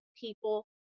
people